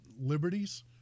liberties